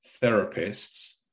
therapists